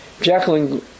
Jacqueline